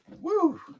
Woo